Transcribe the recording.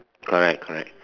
correct correct